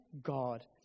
God